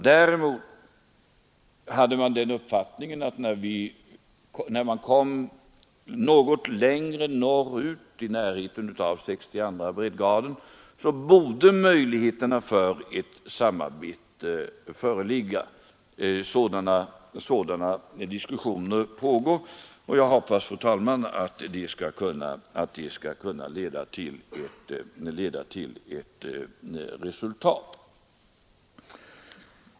Däremot hade man den uppfattningen att när man kom något längre norr ut i närheten av 62:a breddgraden borde möjligheter för ett samarbete föreligga. Sådana diskussioner pågår, och jag hoppas, fru talman, att de skall kunna leda till ett resultat.